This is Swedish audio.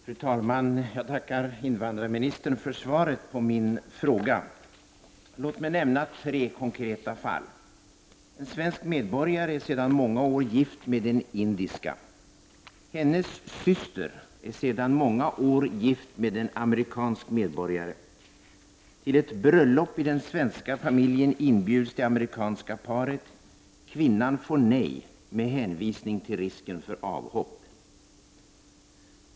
Fru talman! Jag tackar invandrarministern för svaret på min fråga. Låt mig nämna tre konkreta fall. En svensk medborgare är sedan många år gift med en indiska. Hennes syster är sedan många år gift med en amerikansk medborgare. Till ett bröllop i den svenska familjen inbjuds det amerikanska paret. Kvinnan får nej med hänvisning till risken för avhopp.